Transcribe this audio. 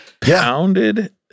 Pounded